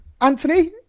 Anthony